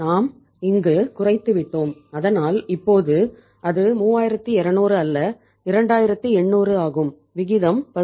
நாம் இங்கு குறைத்துவிட்டோம் அதனால் இப்போது அது 3200 அல்ல 2800 ஆகும் விகிதம் 18